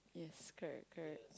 yes correct correct